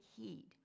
heed